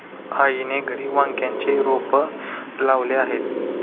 आईने घरी वांग्याचे रोप लावले आहे